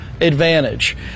advantage